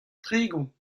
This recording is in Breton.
tregont